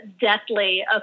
deathly